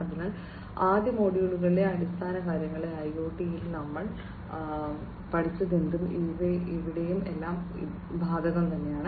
അതിനാൽ ആദ്യ മൊഡ്യൂളിലെ അടിസ്ഥാനകാര്യങ്ങളിൽ ഐഒടിയിൽ നമ്മൾ പഠിച്ചതെന്തും ഇവിടെയും എല്ലാം ബാധകമാണ്